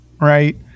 right